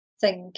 Thank